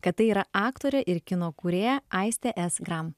kad tai yra aktorė ir kino kūrėja aistė s gram